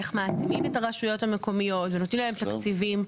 איך מעצימים את הרשויות המקומיות ונותנים להם תקציבים.